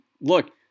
look